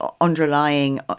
underlying